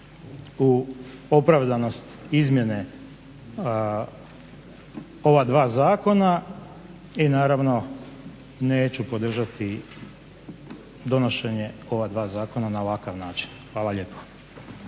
u opravdanost izmjene ova dva zakona i naravno neću podržati donošenje ova dva zakona na ovakav način. Hvala lijepo.